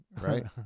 right